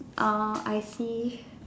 orh I see